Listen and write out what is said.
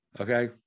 Okay